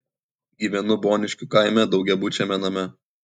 gyvenu boniškių kaime daugiabučiame name